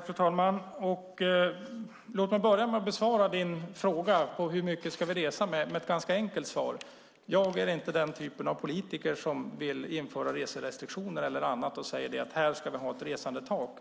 Fru talman! Hur mycket ska vi resa? Ja, jag är inte den typ av politiker som vill införa reserestriktioner eller annat och säga att vi ska ha ett resandetak.